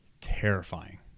terrifying